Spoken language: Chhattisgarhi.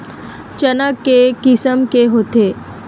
चना के किसम के होथे?